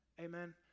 Amen